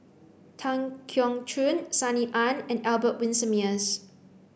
Tan Keong Choon Sunny Ang and Albert Winsemius